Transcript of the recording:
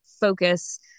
focus